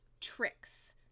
tricks